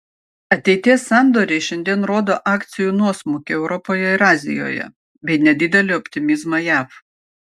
ateities sandoriai šiandien rodo akcijų nuosmukį europoje ir azijoje bei nedidelį optimizmą jav